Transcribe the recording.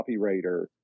copywriter